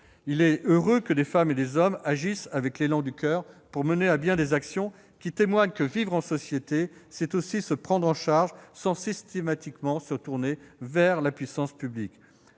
Il est heureux que des femmes et des hommes agissent avec l'élan du coeur pour mener à bien des actions qui témoignent que, vivre en société, c'est aussi se prendre en charge sans systématiquement se tourner vers la puissance publique.